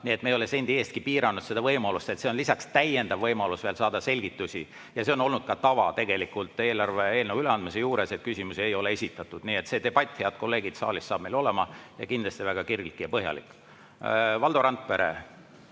Nii et me ei ole sendi eestki piiranud seda võimalust. See on lisaks täiendav võimalus saada selgitusi ja see on olnud tava eelarve eelnõu üleandmise puhul, et küsimusi ei ole esitatud. Nii et see debatt, head kolleegid, saalis saab meil olema, ja kindlasti väga kirglik ja põhjalik. Valdo Randpere,